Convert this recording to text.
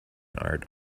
art